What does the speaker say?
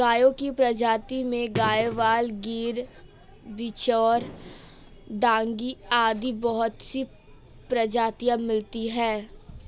गायों की प्रजाति में गयवाल, गिर, बिच्चौर, डांगी आदि बहुत सी प्रजातियां मिलती है